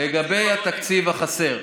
לגבי התקציב החסר,